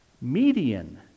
median